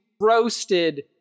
roasted